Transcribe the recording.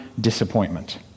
disappointment